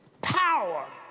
power